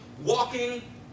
walking